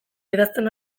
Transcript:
idazten